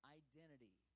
identity